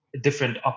different